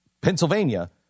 Pennsylvania